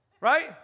right